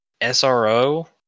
SRO